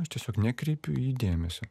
aš tiesiog nekreipiu į jį dėmesio